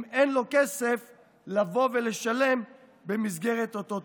אם אין לו כסף לבוא ולשלם במסגרת אותו טיפול.